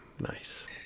Nice